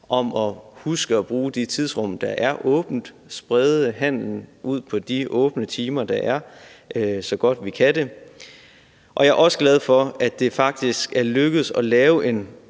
om at huske at bruge de tidsrum, hvor der er åbent, og sprede handelen ud på de åbne timer, der er, så godt vi kan det. Jeg er glad for, at det faktisk er lykkedes at lave en